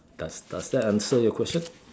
does does that answer your question